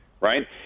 right